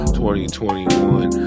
2021